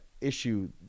issue